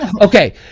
Okay